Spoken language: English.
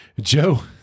Joe